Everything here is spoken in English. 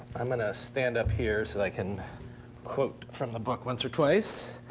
i'm going to stand up here so i can quote from the book once or twice.